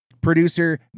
producer